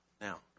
Now